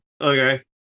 Okay